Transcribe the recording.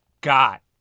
got